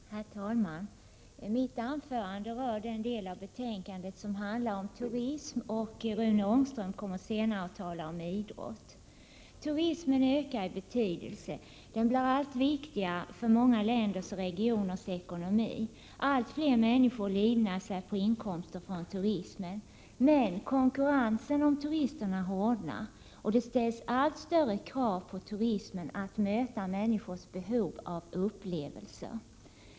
Herr talman! Mitt anförande rör den del av betänkandet som handlar om turism. Rune Ångström kommer senare att tala om idrott. Turismen ökar i betydelse. Den blir allt viktigare för många länders och regioners ekonomi. Allt fler människor livnär sig på inkomster från turismen. Men konkurrensen om turisterna hårdnar, och det ställs allt större krav på turismen när det gäller att möta människors behov av upplevelser.